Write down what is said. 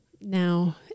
now